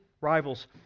rivals